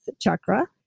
chakra